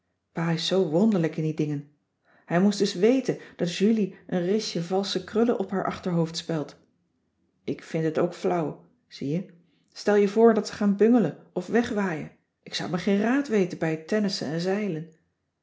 pa is zoo wonderlijk in die dingen hij moest eens weten dat julie een risje valsche krullen op haar achterhoofd speldt ik vindt het ook flauw zie je stel je voor dat ze gaan bungelen of wegwaaien ik zou me geen raad weten bij het tennissen en zeilen